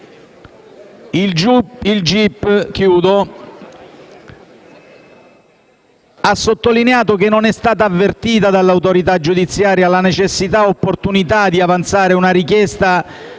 ha sottolineato che non è stata avvertita dall'autorità giudiziaria la necessità-opportunità di avanzare una richiesta